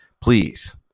Please